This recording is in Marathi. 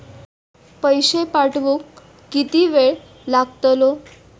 पैशे पाठवुक किती वेळ लागतलो?